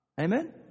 Amen